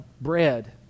bread